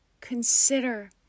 consider